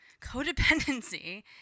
Codependency